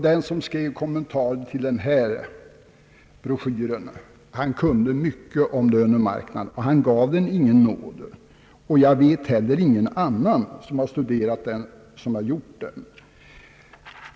Den som skrev kommentaren till denna broschyr kunde mycket om lönemarknaden. Han gav den ingen nåd. Jag vet inte heller någon annan, som har studerat broschyren, som har givit den nåd.